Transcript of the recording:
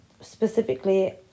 specifically